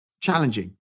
challenging